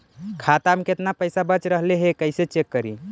खाता में केतना पैसा बच रहले हे कैसे चेक करी?